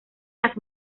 las